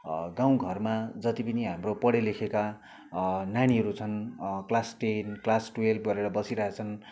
गाउँ घरमा जति पनि हाम्रो पढे लेखेका नानीहरू छन् क्लास टेन क्लास टुवेल्ब गरेर बसिरहेका छन्